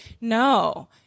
No